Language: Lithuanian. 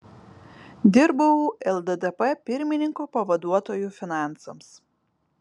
dirbau lddp pirmininko pavaduotoju finansams